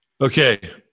Okay